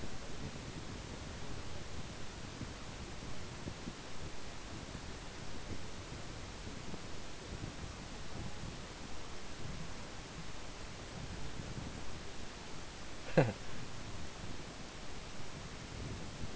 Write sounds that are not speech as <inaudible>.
<laughs>